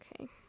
okay